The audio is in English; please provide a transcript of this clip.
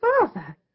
father